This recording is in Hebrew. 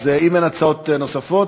אז אם אין הצעות נוספות,